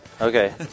Okay